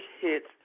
hits